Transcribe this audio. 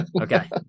Okay